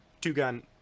two-gun